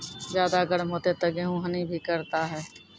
ज्यादा गर्म होते ता गेहूँ हनी भी करता है?